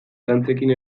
dantzekin